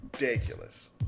ridiculous